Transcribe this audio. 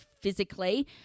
physically